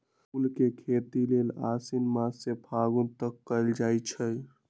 फूल के खेती लेल आशिन मास से फागुन तक कएल जाइ छइ